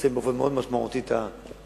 לצמצם באופן משמעותי את הקשיים,